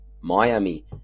Miami